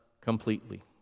completely